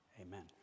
amen